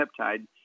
peptide